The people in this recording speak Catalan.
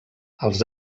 els